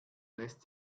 lässt